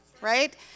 right